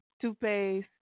toothpaste